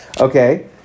okay